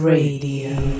Radio